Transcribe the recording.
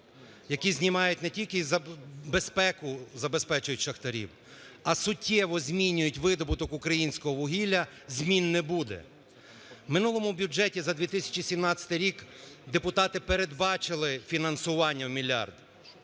які знімають не тільки безпеку забезпечують шахтарів, а суттєво змінюють видобуток українського вугілля змін не буде. В минулому бюджеті за 2017 рік депутати передбачили фінансування в мільярд.